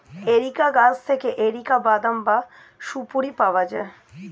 areca গাছ থেকে areca বাদাম বা সুপোরি পাওয়া যায়